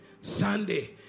Sunday